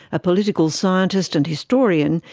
a political scientist and historian,